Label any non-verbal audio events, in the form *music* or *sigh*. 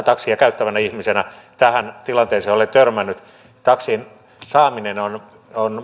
*unintelligible* taksia käyttävänä ihmisenä tähän tilanteeseen olen törmännyt taksin saaminen on on